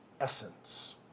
essence